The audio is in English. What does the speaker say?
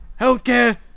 healthcare